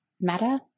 matter